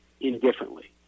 indifferently